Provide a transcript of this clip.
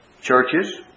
churches